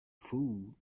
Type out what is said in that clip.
food